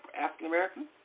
African-American